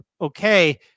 okay